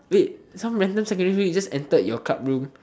wait some random secondary just entered your club room